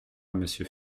monsieur